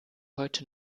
heute